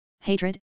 hatred